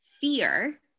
fear